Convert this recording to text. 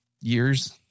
years